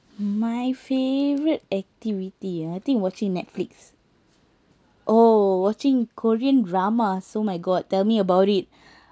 my favourite activity I think watching Netflix oh watching korean drama so my god tell me about it